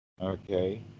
Okay